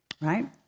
right